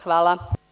Hvala.